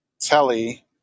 Telly